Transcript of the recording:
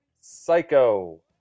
Psycho